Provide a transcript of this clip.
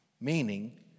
Meaning